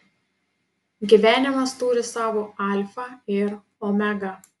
gyvenimas turi savo alfą ir omegą